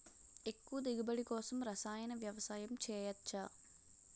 ఎక్కువ దిగుబడి కోసం రసాయన వ్యవసాయం చేయచ్చ?